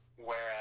Whereas